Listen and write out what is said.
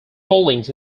holdings